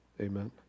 Amen